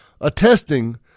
attesting